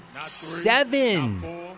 seven